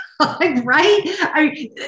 right